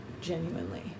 genuinely